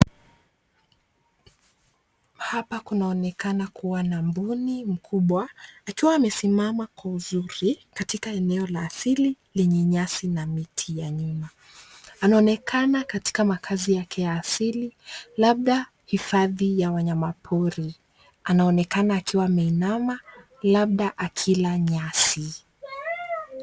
Hapa kunaonekana kuwa na mbuni mkubwa akiwa amesimama kwa uzuri katika eneo la asili lenye nyasi na miti ya nyuma. Anaonekana katika makazi yake ya asili, labda hifadhi ya wanyamapori. Anaonekana akiwa ameinama, labda akila nyasi.